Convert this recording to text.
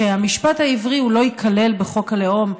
שהמשפט העברי לא ייכלל בחוק הלאום,